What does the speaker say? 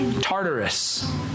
Tartarus